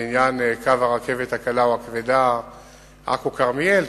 קו הרכבת הקלה או הכבדה עכו כרמיאל,